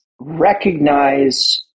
recognize